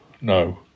no